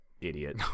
idiot